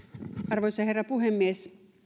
arvoisa herra puhemies